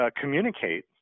communicate